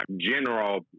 general